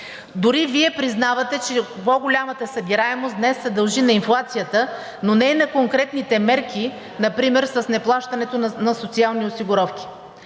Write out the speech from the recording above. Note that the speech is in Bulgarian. Дори Вие признавате, че по-голямата събираемост днес се дължи на инфлацията, но не и на конкретните мерки например с неплащането на социални осигуровки.